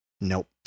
Nope